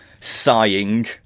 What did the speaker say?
sighing